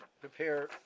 prepare